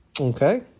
Okay